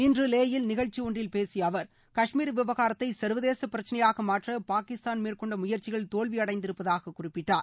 இன்று லே யில் நிகழ்ச்சி ஒன்றில் பேசிய அவர் கஷ்மீர் விவகாரத்தை சர்வதேச பிரச்சினையாக மாற்ற பாகிஸ்தான் மேற்கொண்ட முயற்சிகள் தோல்வியடைந்திருப்பதாகக் குறிப்பிட்டார்